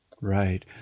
right